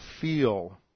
feel